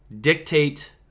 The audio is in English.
dictate